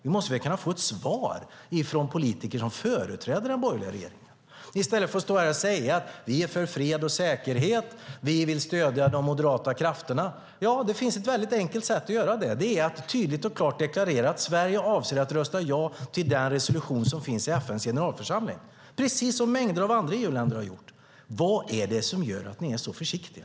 Vi måste väl få kunna få ett svar från politiker som företräder den borgerliga regeringen. I stället står ni här och säger att ni är för fred och säkerhet och att ni vill stödja de moderata krafterna. Ja, det finns ett enkelt sätt att göra det, nämligen att tydligt och klart deklarera att Sverige avser att rösta ja till den resolution som finns i FN:s generalförsamling - precis som mängder av andra EU-länder har gjort. Vad är det som gör att ni är så försiktiga?